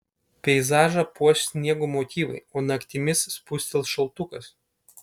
peizažą puoš sniego motyvai o naktimis spustels šaltukas